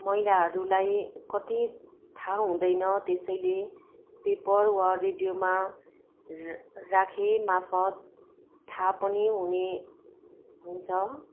महिलाहरूलाई कति थाहा हुँदैन त्यसैले पेपर वा रेडियोमा र राखि मार्फत् थाहा पनि हुने हुन्छ